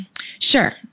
sure